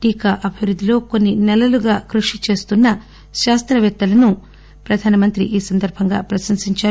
టీకా అభివృద్ధిలో కొన్ని నెలలుగా కృషి చేస్తున్న శాస్త్రవేత్తలను ప్రధానమంత్రి ఈ సందర్భంగా ప్రశంసించారు